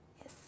Yes